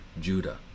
judah